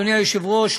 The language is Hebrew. אדוני היושב-ראש,